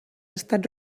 estat